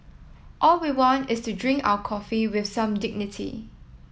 all we want is to drink our coffee with some dignity